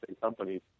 companies